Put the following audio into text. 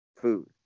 food